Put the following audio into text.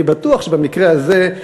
אני בטוח שבמקרה הזה,